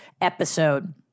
episode